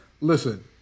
Listen